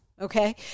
Okay